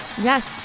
Yes